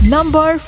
Number